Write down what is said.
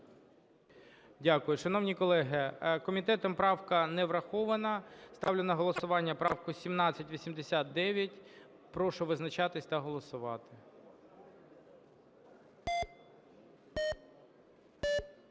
Дякую. Шановні колеги, комітетом правка не врахована. Ставлю на голосування правку 1789. Прошу визначатись та голосувати.